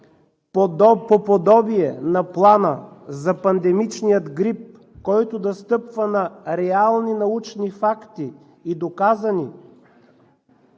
по подобие на Плана за пандемичния грип, който да стъпва на реални научни факти и доказани